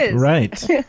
right